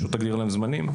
פשוט תגדיר להם זמנים,